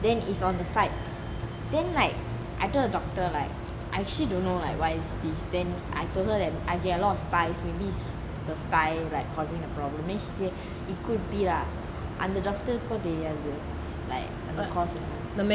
then is on the sides then like I told the doctor like I actually don't know why is this then I told her that I get a lot of stys maybe is the sty like causing a problem then she say it could be lah அந்த:antha doctor கும் தெரியாது:kum teriyathu like the cost alone